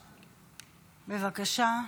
בבקשה,